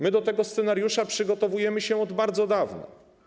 My do tego scenariusza przygotowujemy się od bardzo dawna.